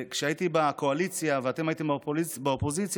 כשהייתי בקואליציה ואתם הייתם באופוזיציה,